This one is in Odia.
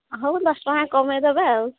ହଉ ଦଶ ଟଙ୍କା କମେଇଦେବା ଆଉ